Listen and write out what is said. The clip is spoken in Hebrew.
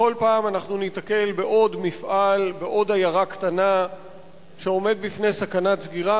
שבכל פעם אנחנו ניתקל בעוד מפעל בעוד עיירה קטנה שעומד בפני סכנת סגירה,